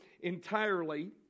entirely